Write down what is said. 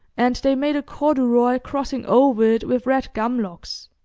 and they made a corduroy crossing over it with red gum logs.